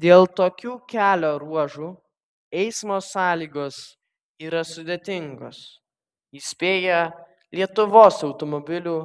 dėl tokių kelio ruožų eismo sąlygos yra sudėtingos įspėja lietuvos automobilių